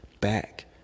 back